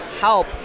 help